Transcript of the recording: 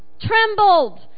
trembled